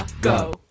go